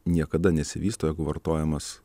niekada nesivysto jeigu vartojamas